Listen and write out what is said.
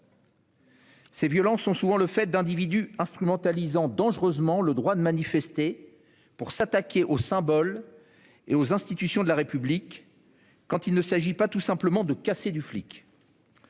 Ces violences sont souvent le fait d'individus instrumentalisant dangereusement le droit de manifester pour s'attaquer aux symboles et aux institutions de la République, quand il ne s'agit pas tout simplement de « casser du flic